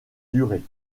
durée